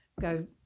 go